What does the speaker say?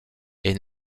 est